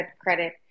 credit